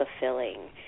fulfilling